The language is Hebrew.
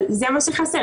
אבל זה מה שחסר.